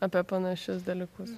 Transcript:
apie panašius dalykus